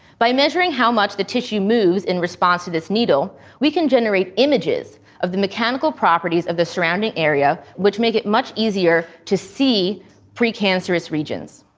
by measuring how much the tissue moves in response to this needle, we can generate images of the mechanical properties of the surrounding area which make it much easier to see precancerous regions.